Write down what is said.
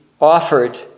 offered